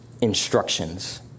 instructions